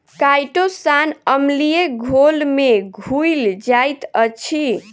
chitosan अम्लीय घोल में घुइल जाइत अछि